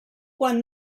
quan